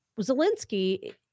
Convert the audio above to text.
Zelensky